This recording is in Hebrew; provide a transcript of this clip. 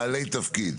בעלי תפקיד.